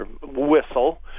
whistle